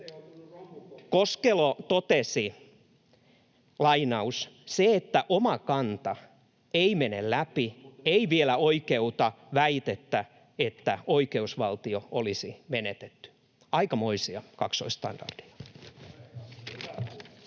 Koskelo totesi: ”Se, että oma kanta ei mene läpi, ei vielä oikeuta väitettä, että oikeusvaltio olisi menetetty.” Aikamoisia kaksoisstandardeja.